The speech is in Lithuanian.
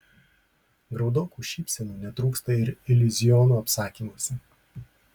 graudokų šypsenų netrūksta ir iliuziono apsakymuose